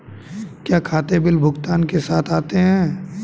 क्या खाते बिल भुगतान के साथ आते हैं?